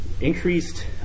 Increased